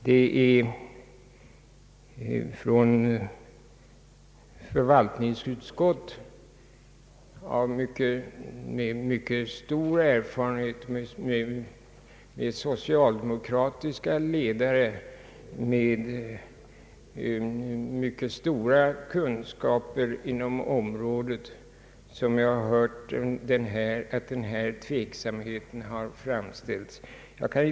Det är från förvaltningsutskott med mycket stor erfarenhet, med socialdemokratiska ledare med mycket stora kunskaper inom området, som jag har hört den här tveksamheten framställas.